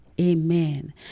amen